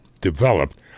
developed